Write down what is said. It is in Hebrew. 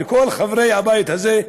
כל חברי הבית הזה,